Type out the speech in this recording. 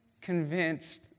convinced